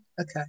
Okay